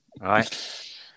right